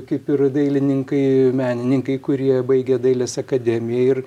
kaip ir dailininkai menininkai kurie baigė dailės akademiją ir